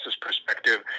perspective